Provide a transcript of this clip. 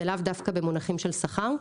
ולאו דווקא במונחים של שכר.